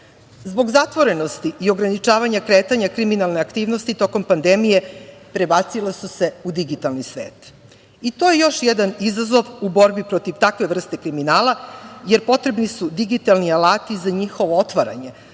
Zbog zatvorenosti i ograničavanja kretanja, kriminalne aktivnosti tokom pandemije prebacile su u digitalni svet. To je još jedan izazov u borbi protiv takve vrste kriminala, jer potrebni su digitalni alati za njihovo otvaranje,